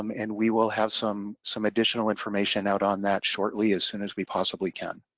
um and we will have some. some additional information out on that shortly as soon as we possibly can.